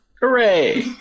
Hooray